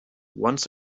once